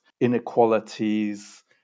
inequalities